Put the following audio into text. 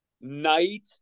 night